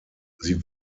sie